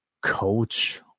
coach